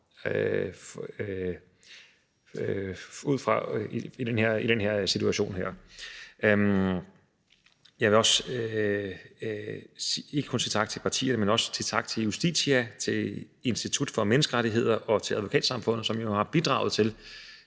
få svar i den her situation. Jeg vil ikke kun sige tak til partierne, men også tak til Justitia, til Institut for Menneskerettigheder og til Advokatsamfundet, som jo har bidraget til,